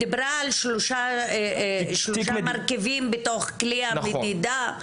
איריס דיברה על שלושה מרכיבים בתוך כלי המדידה,